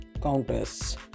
countess